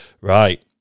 Right